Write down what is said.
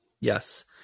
yes